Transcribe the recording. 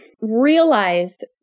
realized